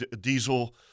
diesel